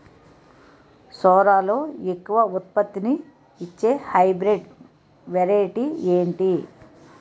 సోరలో ఎక్కువ ఉత్పత్తిని ఇచే హైబ్రిడ్ వెరైటీ ఏంటి?